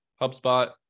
HubSpot